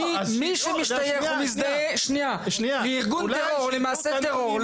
מי שמשתייך ומזדהה למעשה טרור,